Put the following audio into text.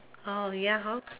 oh ya hor